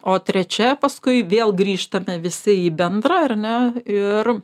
o trečia paskui vėl grįžtame visi į bendrą ar ne ir